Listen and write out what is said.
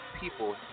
people